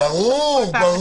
ברור.